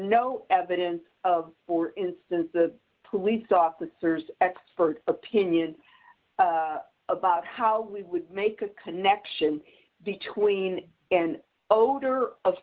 no evidence of for instance the police officers expert's opinion about how we would make a connection between an odor of